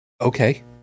Okay